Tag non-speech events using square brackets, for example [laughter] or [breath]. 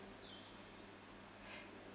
[breath]